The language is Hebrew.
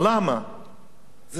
זאת שאלה ששואלים אותי גם כן,